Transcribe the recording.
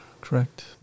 correct